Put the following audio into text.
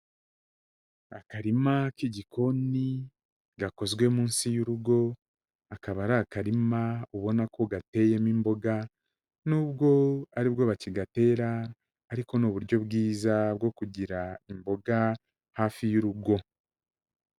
Akarima k'igikoni gakozwe munsi y'urugo, akaba ari akarima ubona ko gateyemo imboga n'ubwo ari bwo bakigatera, ariko ni uburyo bwiza bwo kugira imboga hafi y'urugo.